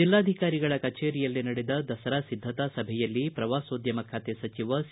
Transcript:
ಜಿಲ್ಲಾಧಿಕಾರಿಗಳ ಕಚೇರಿಯಲ್ಲಿ ನಡೆದ ದಸರಾ ಸಿದ್ದತಾ ಸಭೆಯಲ್ಲಿ ಪ್ರವಾಸೋದ್ಯಮ ಸಚಿವ ಸಿ